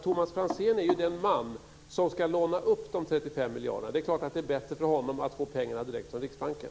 Thomas Franzén är ju den man som ska låna upp de 35 miljarderna. Det är klart att det är bättre för honom att få pengarna direkt från Riksbanken.